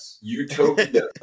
Utopia